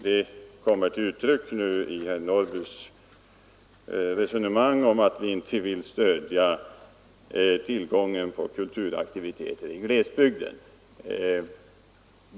Det kommer till uttryck nu i herr Norrbys resonemang om att vi inte vill stödja tillgången på kulturaktiviteter i glesbygder.